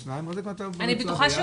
אם אתה מתרחק